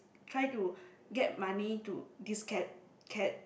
try to get money to disca~